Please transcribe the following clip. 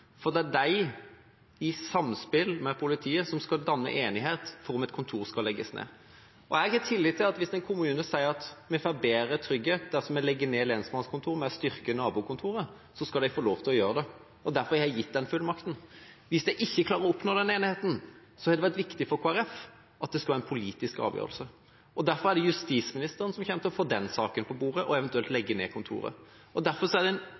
for det er de, i samspill med politiet, som skal bli enige om hvorvidt et kontor skal legges ned. Jeg har tillit til at hvis en kommune sier at vi får bedre trygghet dersom vi legger ned lensmannskontoret, men styrker nabokontoret, skal de få lov til å gjøre det. Derfor har jeg gitt dem den fullmakten. Hvis de ikke klarer å oppnå den enigheten, har det vært viktig for Kristelig Folkeparti at det skal være en politisk avgjørelse. Derfor er det justisministeren som kommer til å få den saken på bordet, og eventuelt legge ned kontoret. Derfor er